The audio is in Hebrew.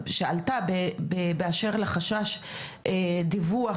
שעלתה באשר לחשש העובדות והעובדים כי הדיווח